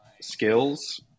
skills